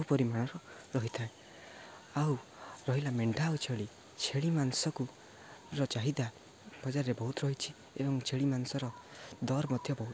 ବହୁୁ ପରିମାଣରୁ ରହିଥାଏ ଆଉ ରହିଲା ମେଣ୍ଢା ଆଉ ଛେଳି ଛେଳି ମାଂସକୁ ର ଚାହିଦା ବଜାରରେ ବହୁତ ରହିଛି ଏବଂ ଛେଳି ମାଂସର ଦର ମଧ୍ୟ ବହୁତ